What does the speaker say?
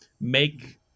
make